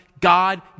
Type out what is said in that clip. God